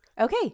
Okay